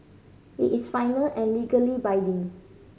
it is final and legally binding